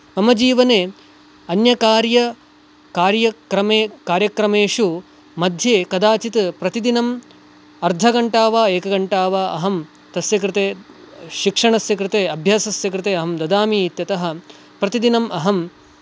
मम जीवने अन्यकार्य कार्यक्रमे कार्यक्रमेषु मध्ये कदाचित् प्रतिदिनम् अर्धघण्टा वा एकघण्टा वा अहं तस्य कृते शिक्षणस्य कृते अभ्यासस्य कृते अहं ददामि इत्यतः प्रतिदिनम् अहम्